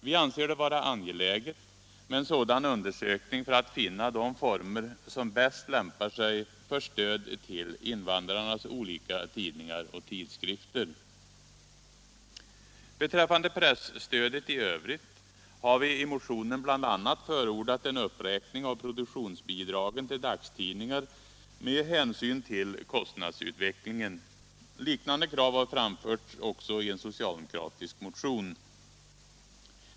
Vi anser det vara angeläget med en sådan undersökning för att finna de former som bäst lämpar sig för stöd till invandrarnas olika tidningar och tidskrifter. Beträffande presstödet i övrigt har vi i motionen bl.a. förordat en uppräkning av produktionsbidragen till dagstidningar med hänsyn till kostnadsutvecklingen. Liknande krav har framförts också i en socialdemokratisk motion.